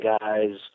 guys